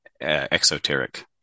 exoteric